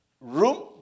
room